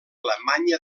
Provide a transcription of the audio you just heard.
alemanya